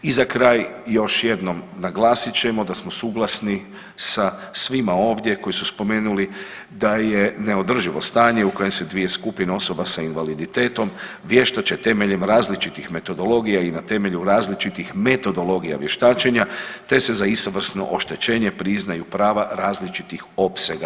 I za kraj još jednom naglasit ćemo da smo suglasni sa svima ovdje koji su spomenuli da je neodrživo stanje u kojem se dvije skupine osoba sa invaliditetom vještače temeljem različitih metodologija i na temelju različitih metodologija vještačenja te se za istovrsno oštećenje priznaju prava različitih opsega.